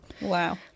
Wow